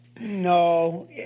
No